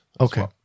Okay